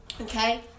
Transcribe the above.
Okay